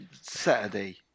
Saturday